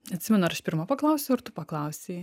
neatsimenu ar aš pirma paklausiau ar tu paklausei